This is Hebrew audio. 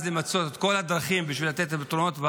למצות את כל הדרכים בשביל לתת פתרונות.